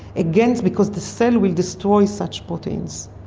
again, because the cell will destroy such proteins.